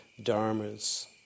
dharmas